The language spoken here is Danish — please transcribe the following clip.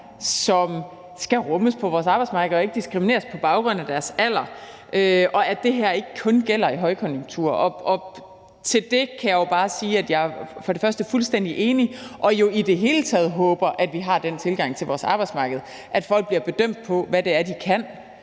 som skal rummes på vores arbejdsmarked og ikke diskrimineres på baggrund af deres alder, og at det her ikke kun gælder i en tid med højkonjunktur. Til det kan jeg bare sige, at jeg for det første er fuldstændig enig, og jeg håber jo i det hele taget, at vi har den tilgang til vores arbejdsmarked, at folk bliver bedømt på, hvad det er, de kan,